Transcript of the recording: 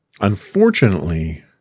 Unfortunately